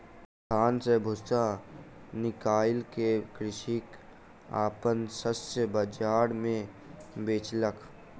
धान सॅ भूस्सा निकाइल के कृषक अपन शस्य बाजार मे बेचलक